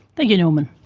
thank you norman.